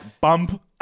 bump